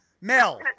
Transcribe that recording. Mel